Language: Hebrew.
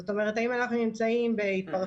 זאת אומרת, האם אנחנו נמצאים בהתפרצות?